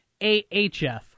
AHF